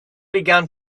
began